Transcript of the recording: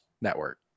Network